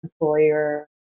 employer